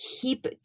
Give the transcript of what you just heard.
keep